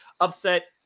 Upset